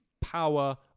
power